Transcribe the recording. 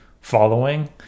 following